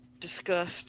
discussed